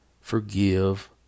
forgive